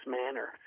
manner